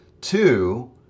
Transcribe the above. Two